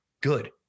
good